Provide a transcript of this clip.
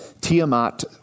Tiamat